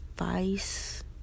advice